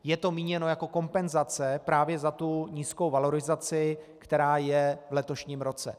Je to míněno jako kompenzace právě za nízkou valorizaci, která je v letošním roce.